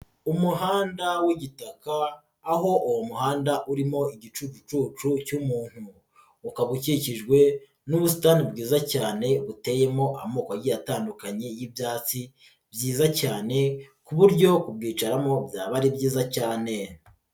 Umuhanda w'igitaka aho uwo muhanda urimo igicucucucu cy'umuntu ukaba ukikijwe n'ubusitani bwiza cyane buteyemo amoko agiye atandukanye y'ibyatsi byiza cyane ku buryo kubyicaramo byaba ari byiza cyane.